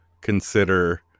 consider